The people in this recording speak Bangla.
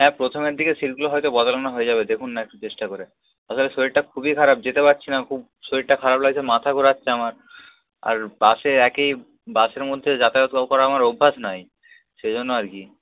হ্যাঁ প্রথমের দিকে সিটগুলো হয়তো বদলানো হয়ে যাবে দেখুন না একটু চেষ্টা করে আসলে শরীরটা খুবই খারাপ যেতে পারছি না খুব শরীরটা খারাপ লাগছে মাথা ঘোরাচ্ছে আমার আর বাসে একেই বাসের মধ্যে যাতায়াত করা আমার অভ্যাস নেই সেই জন্য আর কি